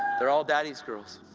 they're all daddy's girls.